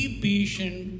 patient